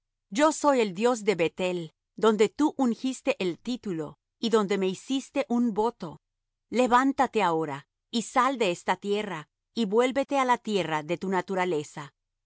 yo soy el dios de beth-el donde tú ungiste el título y donde me hiciste un voto levántate ahora y sal de esta tierra y vuélvete á la tierra de tu naturaleza